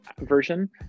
version